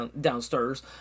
downstairs